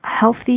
Healthy